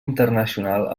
internacional